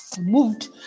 moved